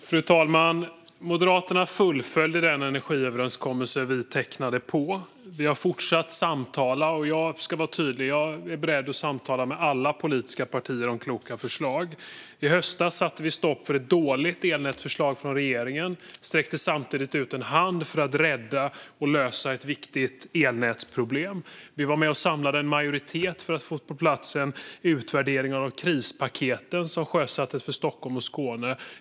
Fru talman! Moderaterna fullföljde den energiöverenskommelse vi tecknade. Vi har fortsatt att samtala, och jag vill vara tydlig med att jag är beredd att samtala med alla politiska partier om kloka förslag. I höstas satte vi stopp för ett dåligt elnätsförslag från regeringen och sträckte samtidigt ut en hand för att lösa ett elnätsproblem. Vi var med och samlade en majoritet för att få på plats en utvärdering av de krispaket som sjösattes för Stockholm och Skåne.